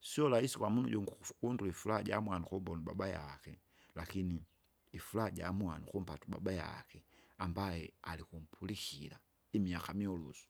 sio rahisi kwamunu ujungi ukufu- ukundula ukundula ifura jamwana ukumbona ubabayake. Lakini ifura jamwana ukumpata ubabayak, amabaye alikumpulikira, imiaka myolosu.